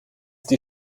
die